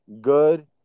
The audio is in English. Good